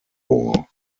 war